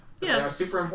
Yes